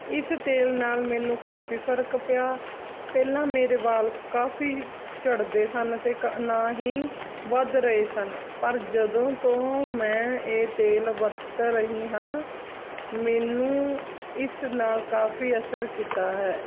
ਇਸ ਤੇਲ ਨਾਲ ਮੈਨੂੰ ਕਾਫੀ ਫਰਕ ਪਿਆ ਪਹਿਲਾਂ ਮੇਰੇ ਵਾਲ ਕਾਫੀ ਝੜਦੇ ਸਨ ਅਤੇ ਨਾ ਹੀ ਵੱਧ ਰਹੇ ਸਨ ਪਰ ਜਦੋਂ ਤੋਂ ਮੈਂ ਇਹ ਤੇਲ ਵਰਤ ਰਹੀ ਹਾਂ ਮੈਨੂੰ ਇਸ ਨਾਲ ਕਾਫੀ ਅਸਰ ਕੀਤਾ ਹੈ